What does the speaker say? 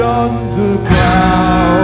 underground